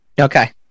okay